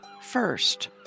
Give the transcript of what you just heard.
first